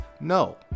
no